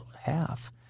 half